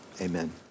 amen